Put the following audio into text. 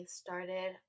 started